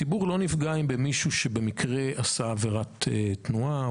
הציבור לא נפגע ממישהו שבמקרה עשה עבירת תנועה.